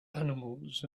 animals